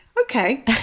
okay